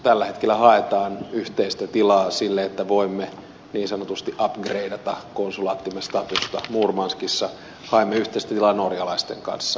tällä hetkellä haetaan yhteistä tilaa sille että voimme niin sanotusti upgreidata konsulaattimme statusta murmanskissa haemme yhteistä tilaa norjalaisten kanssa